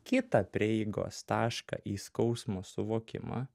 kitą prieigos tašką į skausmo suvokimą